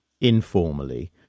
informally